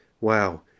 wow